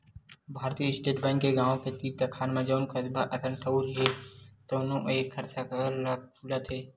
भारतीय state bank के गाँव के तीर तखार म जउन कस्बा असन ठउर हे तउनो म एखर साखा खुलत हे